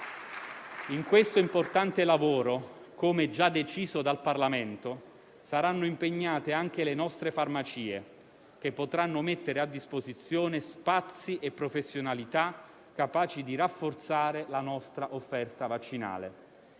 In questo importante lavoro, come già deciso dal Parlamento, saranno impegnate anche le nostre farmacie, che potranno mettere a disposizione spazi e professionalità capaci di rafforzare la nostra offerta vaccinale.